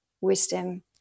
wisdom